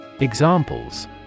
Examples